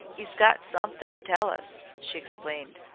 e's got somethin to tell us, she explained.